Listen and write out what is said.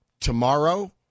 tomorrow